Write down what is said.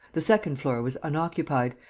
the second floor was unoccupied,